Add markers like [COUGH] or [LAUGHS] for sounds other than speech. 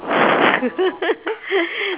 [LAUGHS]